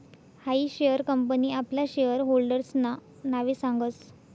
हायी share company आपला शेयर होल्डर्सना नावे सांगस